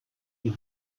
die